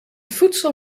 voedsel